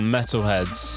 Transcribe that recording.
Metalheads